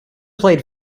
played